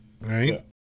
right